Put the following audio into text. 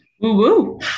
Woo